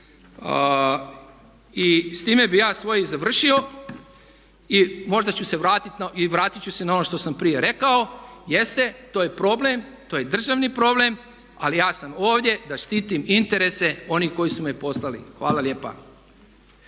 I s time bi ja svoje završio. I možda ću se vratiti, i vratiti ću se na ono što sam prije rekao, jeste, to je problem, to je državni problem ali ja sam ovdje da štitim interese onih koji su me poslali. Hvala lijepa.